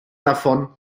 davon